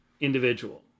individual